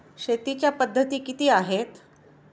शेतीच्या पद्धती किती आहेत?